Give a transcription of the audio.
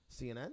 CNN